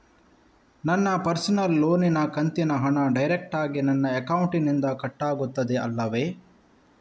ನನ್ನ ಪರ್ಸನಲ್ ಲೋನಿನ ಕಂತಿನ ಹಣ ಡೈರೆಕ್ಟಾಗಿ ನನ್ನ ಅಕೌಂಟಿನಿಂದ ಕಟ್ಟಾಗುತ್ತದೆ ಅಲ್ಲವೆ?